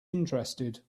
interested